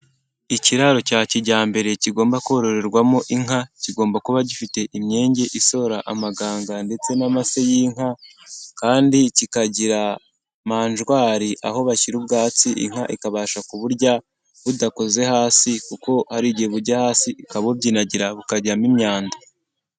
Ikiraro cya kijyambere kigomba kororerwamo inka, kigomba kuba gifite imyenge isohora amaganga ndetse n'amase y'inka, kandi kikagira majwari aho bashyira ubwatsi, inka ikabasha kuburya budakoze hasi kuko hari igihe bujya hasi ikabubyinagira bukajyamo imyanda.